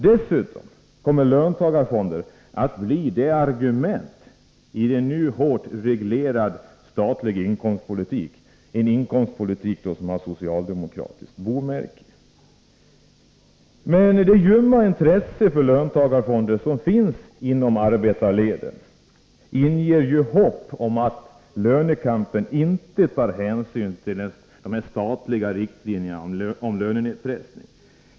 Dessutom kommer löntagarfonder att bli ett argument för en hårt reglerad statlig inkomstpolitik, en politik som då har socialdemokratiskt bomärke. Men det ljumma intresse för löntagarfonder som finns inom arbetarleden inger ju hopp om att lönekampen inte tar hänsyn till de statliga riktlinjerna om lönenedpressning.